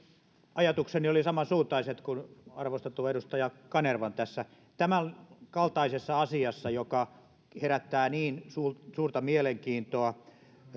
ajatukseni olivat samansuuntaiset kuin arvostetun edustaja kanervan tässä tämänkaltaisessa asiassa joka herättää niin suurta suurta mielenkiintoa